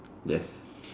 yes